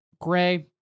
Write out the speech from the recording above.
Gray